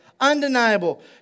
undeniable